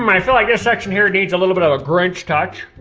um i feel like this section here needs a little bit of a grinch touch.